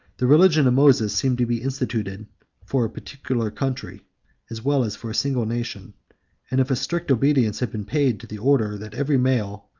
the religion of moses seems to be instituted for a particular country as well as for a single nation and if a strict obedience had been paid to the order, that every male,